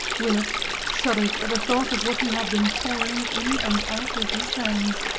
willett shuddered at the thought of what he had been pouring in and out of his hands,